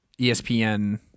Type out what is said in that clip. ESPN